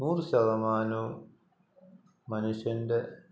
നൂറു ശതമാനവും മനുഷ്യൻ്റെ